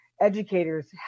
educators